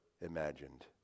imagined